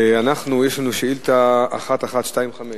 יש לנו שאילתא 1125,